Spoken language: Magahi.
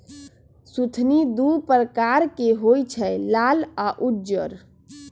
सुथनि दू परकार के होई छै लाल आ उज्जर